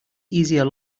easier